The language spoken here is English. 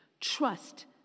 Trust